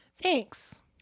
Thanks